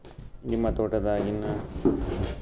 ನಿಮ್ಮ ತೋಟದಾಗಿನ್ ಗಿಡದಾಗ ಕಾಯಿ ಹಣ್ಣಾಗ ತನಾ ಬಿಡತೀರ?